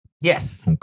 Yes